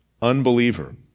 Unbeliever